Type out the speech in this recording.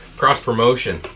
cross-promotion